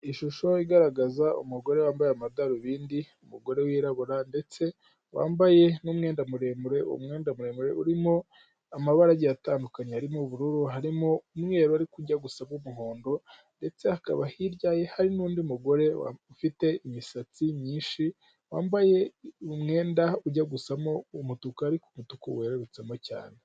Ishusho igaragaza umugore wambaye amadarubindi, umugore wirabura ndetse wambaye n'umwenda muremure. Umwenda muremure urimo amabara agiye atandukanye, arimo ubururu, harimo umweru ariko ujya gusa n'umuhondo; ndetse hakaba hirya hari n'undi mugore ufite imisatsi myinshi, wambaye umwenda ujya gusamo umutuku, ariko umutuku werarurutsemo cyane.